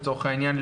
לצורך העניין,